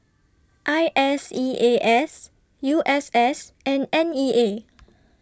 I S E A S U S S and N E A